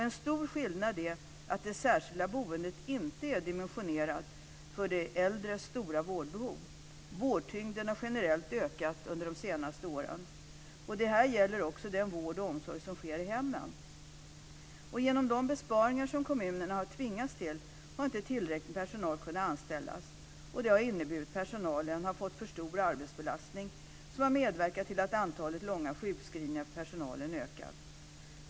En stor skillnad är att det särskilda boendet inte är dimensionerat för de äldres stora vårdbehov. Vårdtyngden har generellt ökat under de senaste åren. Det här gäller också den vård och omsorg som sker i hemmen. Genom de besparingar som kommunerna har tvingats till har inte tillräckligt med personal kunnat anställas. Det har inneburit att personalen har fått för stor arbetsbelastning, som har medverkat till att antalet långa sjukskrivningar har ökat.